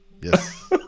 yes